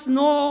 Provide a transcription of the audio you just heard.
no